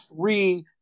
three